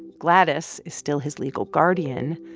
gladys is still his legal guardian.